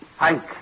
Hank